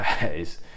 guys